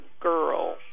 girl